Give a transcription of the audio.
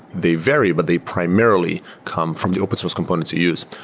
they vary, but they primarily come from the open source components you use.